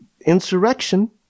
insurrection